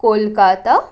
Kolkata